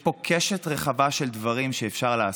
יש פה קשת רחבה של דברים שאפשר לעשות,